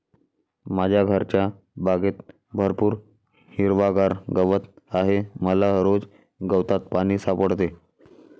माझ्या घरच्या बागेत भरपूर हिरवागार गवत आहे मला रोज गवतात पाणी सापडते